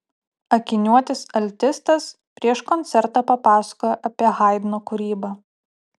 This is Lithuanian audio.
akiniuotis altistas prieš koncertą papasakojo apie haidno kūrybą